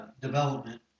development